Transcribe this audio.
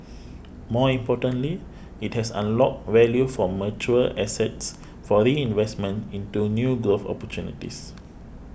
more importantly it has unlocked value from mature assets for reinvestment into new growth opportunities